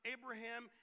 Abraham